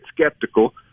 skeptical